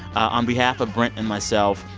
on behalf of brent and myself,